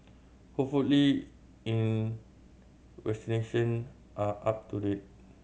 hopefully in vaccination are up to date